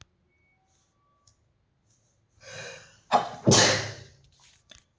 ಸಾಂಸ್ಥಿಕ ಉದ್ಯಮಶೇಲತೆ ಹೊಸ ಸಂಸ್ಥೆಗಳನ್ನ ರಚಿಸಕ ಇಲ್ಲಾ ಅಸ್ತಿತ್ವದಾಗಿರೊ ಸಂಸ್ಥೆಗಳನ್ನ ಪರಿವರ್ತಿಸಕ ಸೂಚಿಸ್ತದ